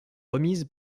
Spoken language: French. remise